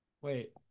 Wait